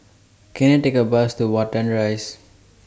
Can I Take A Bus to Watten Rise